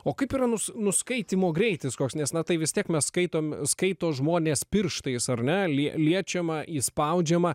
o kaip yra nus nuskaitymo greitis koks na tai vis tiek mes skaitom skaito žmonės pirštais ar ne liečiama įspaudžiama